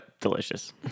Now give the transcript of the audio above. delicious